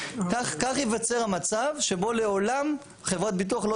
כך ייווצר המצב שבו לעולם חברת ביטוח לא